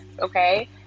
Okay